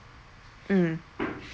mm